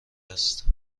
است